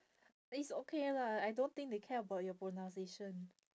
it's okay lah I don't think they care about your pronunciation